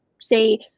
say